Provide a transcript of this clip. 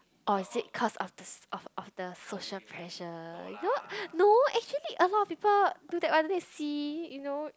or is it cause of the of of the social pressure no no actually a lot of people do that one then you see you know